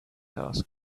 asked